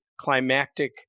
climactic